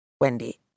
Wendy